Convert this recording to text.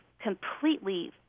completely